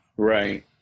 right